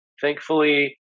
Thankfully